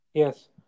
Yes